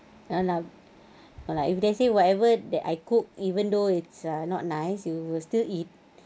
ya lah uh like if let's say whatever that I cook even though it's ah not nice you will still eat